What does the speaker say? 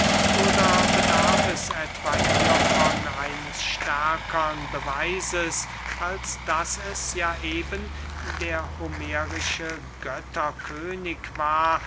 oder bedarf es etwa hiervon eines stärkern beweises als daß es ja eben der homerische götterkönig war